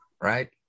right